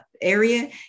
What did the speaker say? area